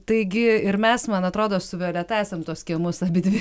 taigi ir mes man atrodo su violeta esam tuos kelmus abidvi